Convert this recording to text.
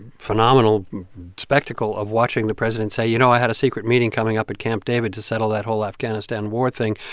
phenomenal spectacle of watching the president say, you know, i had a secret meeting coming up at camp david to settle that whole afghanistan war thing,